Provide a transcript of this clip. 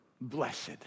Blessed